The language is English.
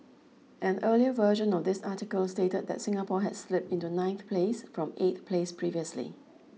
an earlier version of this article stated that Singapore had slipped into ninth place from eighth place previously